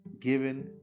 given